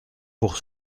pour